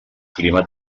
clima